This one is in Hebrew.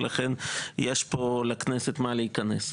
ולכן לכנסת יש מה להיכנס לפה.